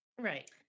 right